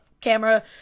camera